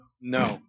No